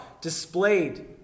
displayed